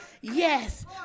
yes